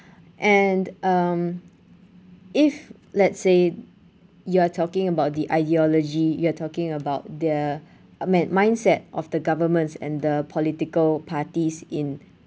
and um if let's say you are talking about the ideology you are talking about their uh men~ mindset of the governments and the political parties in